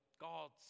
God's